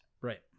Right